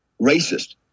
racist